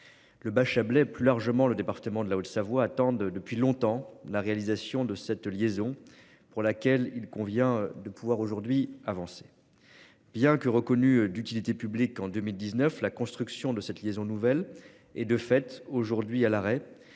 Le Bachabélé plus largement le département de la Haute-Savoie, attendent depuis longtemps, la réalisation de cette liaison pour laquelle il convient de pouvoir aujourd'hui avancer. Bien que reconnue d'utilité publique en 2019 la construction de cette liaison nouvelles et de fait aujourd'hui à l'arrêt